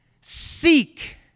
seek